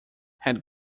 had